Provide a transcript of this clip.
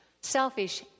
Selfish